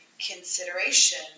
consideration